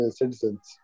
citizens